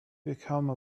become